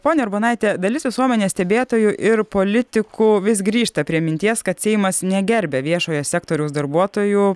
ponia urbonaite dalis visuomenės stebėtojų ir politikų vis grįžta prie minties kad seimas negerbia viešojo sektoriaus darbuotojų